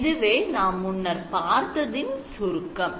இதுவே நாம் முன்னர் பார்த்ததின் சுருக்கம்